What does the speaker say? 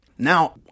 Now